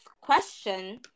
question